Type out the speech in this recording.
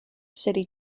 city